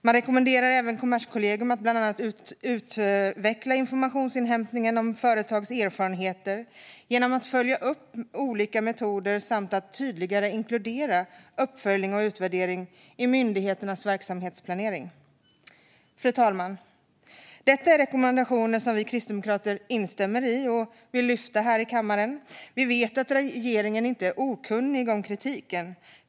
Man rekommenderar även Kommerskollegium att bland annat utveckla informationsinhämtningen om företags erfarenheter genom att följa upp olika metoder samt att tydligare inkludera uppföljning och utvärdering i myndighetens verksamhetsplanering. Fru talman! Detta är rekommendationer som vi kristdemokrater instämmer i och vill lyfta fram här i kammaren. Vi vet att regeringen inte är okunnig om kritiken.